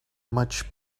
much